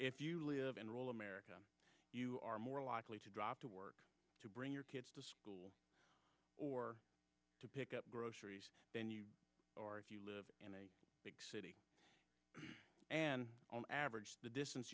if you live in rural america you are more likely to drop to work to bring your kids to school or to pick up groceries or if you live in a big city on average the distance